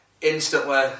Instantly